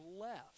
left